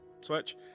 Switch